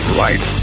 right